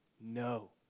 no